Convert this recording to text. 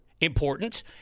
important